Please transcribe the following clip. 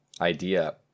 idea